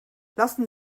lassen